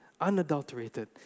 Unadulterated